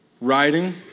writing